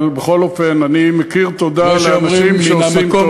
אבל בכל אופן אני מכיר תודה לאנשים שעושים טוב.